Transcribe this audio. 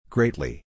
Greatly